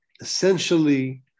essentially